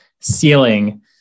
ceiling